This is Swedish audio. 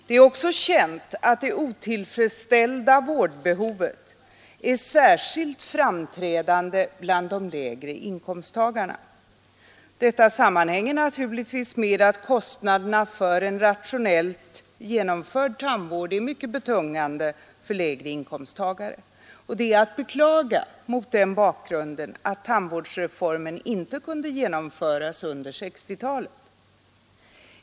Det är också känt att det otillfredsställda vårdbehovet är särskilt framträdande bland de lägre inkomsttagarna. Detta sammanhänger naturligtvis med att kostnaderna för en rationellt genomförd tandvård är mycket betungande för lägre inkomsttagare. Det är mot den bakgrunden att beklaga att tandvårdsreformen inte kunde genomföras under 1960-talet.